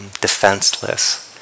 defenseless